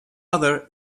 other